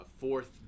fourth